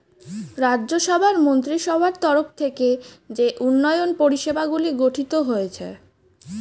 রাজ্য সভার মন্ত্রীসভার তরফ থেকে যেই উন্নয়ন পরিষেবাগুলি গঠিত হয়েছে